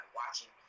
watching